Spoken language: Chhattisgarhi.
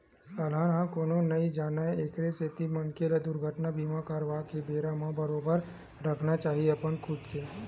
अलहन ल कोनो नइ जानय एखरे सेती मनखे ल दुरघटना बीमा करवाके बेरा म बरोबर रखना चाही अपन खुद के